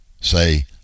Say